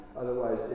otherwise